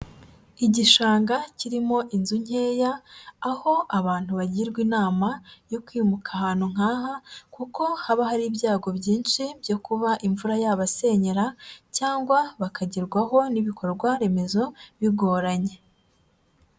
Igishanga kirimo inzu nkeya, aho abantu bagirwa inama yo kwimuka ahantu nk'aha, kuko haba hari ibyago byinshi byo kuba imvura yabasenyera cyangwa bakagerwaho n'ibikorwa remezo bigoranye.